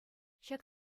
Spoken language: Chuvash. ҫак